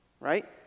right